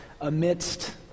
amidst